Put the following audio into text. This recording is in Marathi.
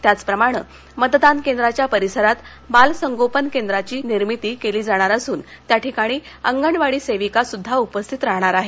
त्याच प्रमाणे मतदान केंद्राच्या परिसरात बालसंगोपन केंद्राची निर्मिती केली जाणार असुन त्या ठिकाणी अंगणवाडी सेविका सुध्दा उपस्थित राहणार आहेत